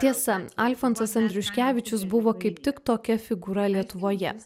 tiesa alfonsas andriuškevičius buvo kaip tik tokia figūra lietuvoje